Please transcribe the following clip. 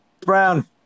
brown